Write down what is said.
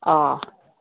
ꯑꯣ